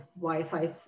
Wi-Fi